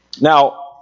Now